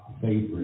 favorite